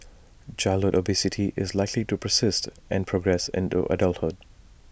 childhood obesity is likely to persist and progress into adulthood